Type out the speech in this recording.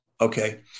Okay